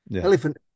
Elephant